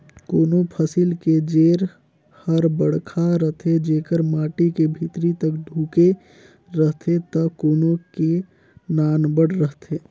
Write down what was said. कोनों फसिल के जेर हर बड़खा रथे जेकर माटी के भीतरी तक ढूँके रहथे त कोनो के नानबड़ रहथे